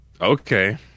okay